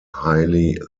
highly